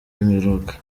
w’imperuka